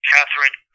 Catherine